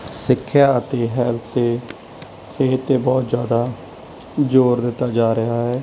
ਸਿੱਖਿਆ ਅਤੇ ਹੈਲਥ ਅਤੇ ਸਿਹਤ 'ਤੇ ਬਹੁਤ ਜ਼ਿਆਦਾ ਜੋਰ ਦਿੱਤਾ ਜਾ ਰਿਹਾ ਹੈ